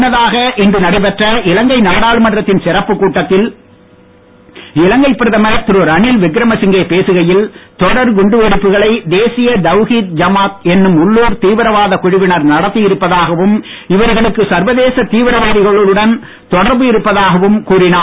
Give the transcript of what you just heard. முன்னதாக இன்று நடைபெற்ற இலங்கை நாடாளுமன்றத்தின் சிறப்புக் கூட்டத்தில் இலங்கை பிரதமர் திரு ரணில் விக்ரம சிங்கே பேசுகையில் தொடர் குண்டு வெடிப்புகளை தேசிய தவ்ஹீத் ஜமாத் என்னும் உள்ளுர் தீவிரவாதக் குழுவினர் நடத்தி இருப்பதாகவும் இவர்களுக்கு சர்வதேச தீவிரவாதிகளுடன் தொடர்பு இருப்பதாகவும் கூறினார்